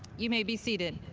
you may be seated.